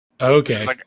Okay